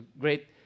great